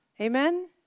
Amen